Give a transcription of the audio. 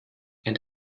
and